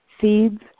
seeds